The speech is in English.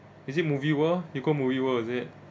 is it movie world you go movie world is it